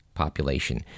population